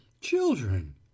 Children